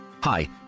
Hi